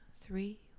three